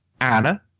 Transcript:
anna